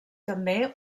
també